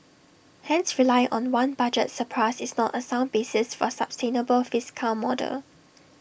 hence relying on one budget surplus is not A sound basis for A sustainable fiscal model